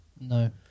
No